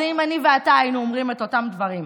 זה אם אני ואתה היינו אומרים את אותם דברים.